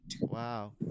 wow